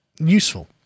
useful